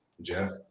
Jeff